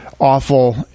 awful